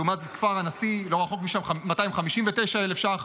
לעומת זאת, בכפר הנשיא, לא רחוק משם, 259,000 ש"ח.